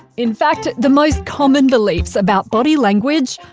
in fact, the most common beliefs about body language,